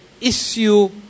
issue